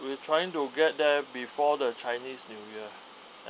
we're trying to get there before the chinese new year